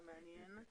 נכון.